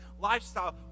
lifestyle